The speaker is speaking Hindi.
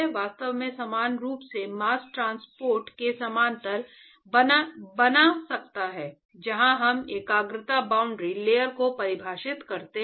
वास्तव में समान रूप से मास्स ट्रांसपोर्ट के समानांतर बना सकता है जहां हम एकाग्रता बाउंड्री लेयर को परिभाषित करते हैं